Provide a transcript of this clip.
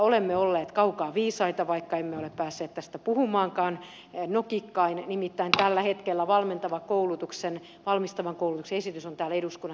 olemme olleet kaukaa viisaita vaikka emme ole päässeet tästä puhumaankaan nokikkain nimittäin tällä hetkellä valmistavan koulutuksen esitys on täällä eduskunnassa sisällä